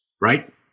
right